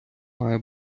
має